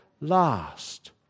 last